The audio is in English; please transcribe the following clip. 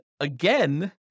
again